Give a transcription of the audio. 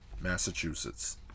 Massachusetts